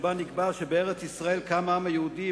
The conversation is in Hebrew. שבה נקבע ש"בארץ-ישראל קם העם היהודי,